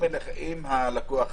אם הלקוח